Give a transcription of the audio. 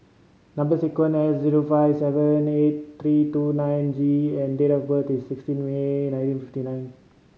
number sequence S zero five seven eight three two nine J and date of birth is sixteen May nineteen fifty nine